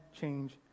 change